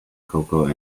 cocoa